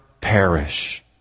perish